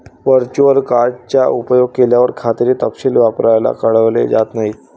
virtual card चा उपयोग केल्यावर, खात्याचे तपशील व्यापाऱ्याला कळवले जात नाहीत